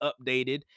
updated